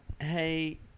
Hey